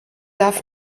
darf